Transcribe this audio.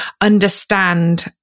understand